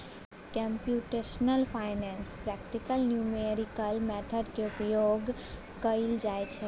computational finance practical numerical method के उपयोग करइ छइ